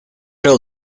earl